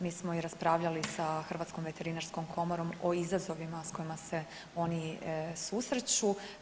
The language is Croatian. Mi smo i raspravljali sa Hrvatskom veterinarskom komorom o izazovima sa kojima se oni susreću.